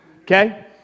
okay